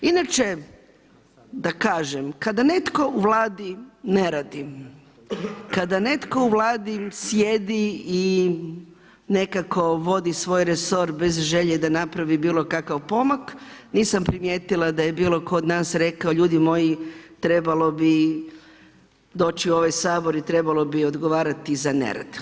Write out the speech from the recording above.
Inače da kažem, kada netko u Vladi ne radi, kada netko u Vladi sjedi i nekako vodi svoj resor bez želje da napravi bilokakav pomak, nisam primijetila da je bilo tko od nas rekao ljudi moji, trebalo bi doći u ovaj Sabor i trebalo bi odgovarati za nerad.